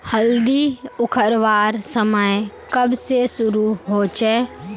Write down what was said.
हल्दी उखरवार समय कब से शुरू होचए?